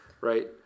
right